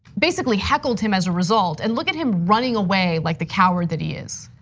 basically heckled him as a result. and look at him running away like the coward that he is.